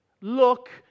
look